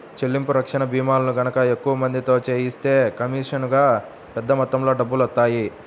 చెల్లింపు రక్షణ భీమాలను గనక ఎక్కువ మందితో చేయిస్తే కమీషనుగా పెద్ద మొత్తంలో డబ్బులొత్తాయి